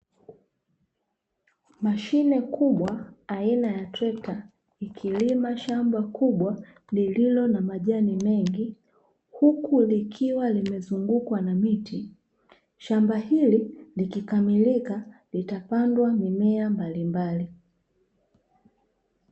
Mashine kubwa aina ya trekta ikilima shamba kubwa lililo na majani mengi, huku likiwa limezungukwa na miti. Shamba hili likikamilika, litapandwa mimea mbalimbali.